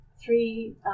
three